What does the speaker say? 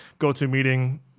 GoToMeeting